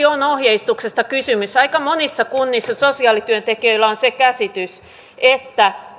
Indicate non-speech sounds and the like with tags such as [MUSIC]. [UNINTELLIGIBLE] on ohjeistuksesta kysymys aika monissa kunnissa sosiaalityöntekijöillä on se käsitys että